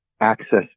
access